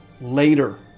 later